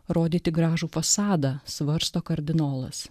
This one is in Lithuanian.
rodyti gražų fasadą svarsto kardinolas